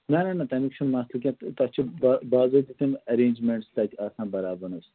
نہ نہ نہ تَمیُک چھِنہٕ مسلہٕ کیٚنہہ تَتھ چھِ با باضٲبطہٕ تِم اٮ۪رینٛجمٮ۪نٹٕس تَتہِ آسان برابَن حظ